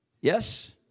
Yes